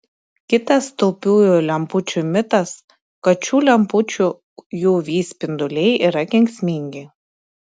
kitas taupiųjų lempučių mitas kad šių lempučių uv spinduliai yra kenksmingi